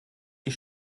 die